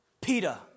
Peter